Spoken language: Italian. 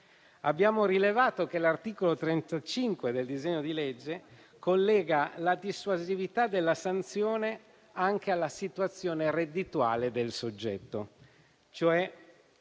Abbiamo rilevato che l'articolo 35 del disegno di legge collega la dissuasività della sanzione anche alla situazione reddituale del soggetto,